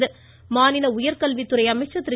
இதில் மாநில உயர்கல்வித்துறை அமைச்சர் திரு